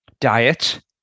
Diet